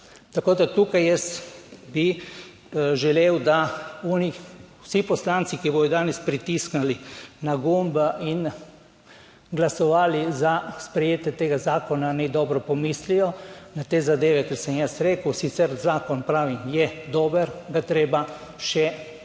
tako da tukaj jaz bi želel, da oni vsi poslanci, ki bodo danes pritisnili na gumb in glasovali za sprejetje tega zakona, naj dobro pomislijo na te zadeve ki sem jih jaz rekel, sicer zakon pravi, je dober, ga je treba še dopolniti,